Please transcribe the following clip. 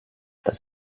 das